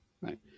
right